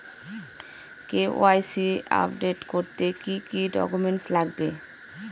KYC update করতে কি কি ডকুমেন্টস লাগবে?